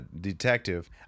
detective